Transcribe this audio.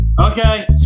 Okay